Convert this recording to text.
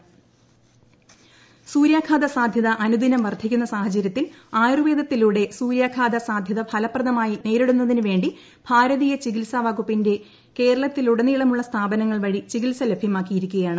സൂര്യാഘാതം സൂര്യാഘാത സാധ്യത അനുദിനം വർദ്ധിക്കുന്ന സാഹചര്യത്തിൽ ആയൂർവേദത്തിലൂടെ സൂര്യാഘാത സാധ്യത ഫലപ്രദമായി നേരിടുന്നതിന് വേണ്ടി ഭാരതീയ ചികിൽസാ വകുപ്പിന്റെ കേരളത്തിലൂടെ നീളമുള്ള സ്ഥാപനങ്ങൾ വഴി ചികിൽസ ലഭ്യമാക്കിയിരിക്കുകയാണ്